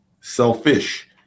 selfish